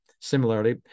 Similarly